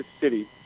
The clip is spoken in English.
city